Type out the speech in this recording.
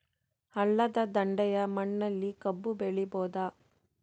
ಹಳ್ಳದ ದಂಡೆಯ ಮಣ್ಣಲ್ಲಿ ಕಬ್ಬು ಬೆಳಿಬೋದ?